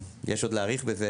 ויש עוד להאריך בזה,